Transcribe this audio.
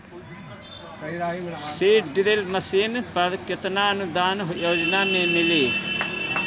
Seed drill machine पर केतना अनुदान योजना में मिली?